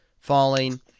falling